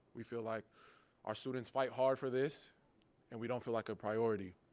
we feel like our students fight hard for this and we don't feel like a priority.